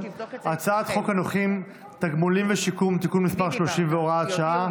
הצעת חוק הנכים (תגמולים ושיקום) (תיקון מס' 30 והוראת שעה),